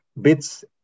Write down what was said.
bits